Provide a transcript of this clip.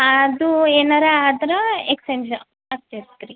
ಅದು ಏನಾರೂ ಆದ್ರೆ ಎಕ್ಸ್ಚೇಂಜ್ ಆಗ್ತೈತೆ ರೀ